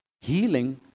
healing